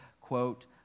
Quote